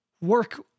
work